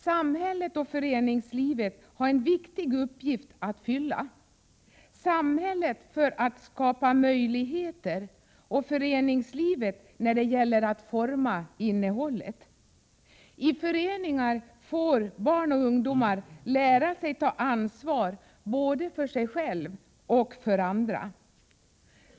Samhället och föreningslivet har en viktig uppgift att fylla — samhället för att skapa möjligheter och föreningslivet när det gäller att forma innehållet. I föreningar får barn och ungdomar lära sig att ta ansvar både för sig själva och för andra.